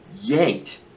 yanked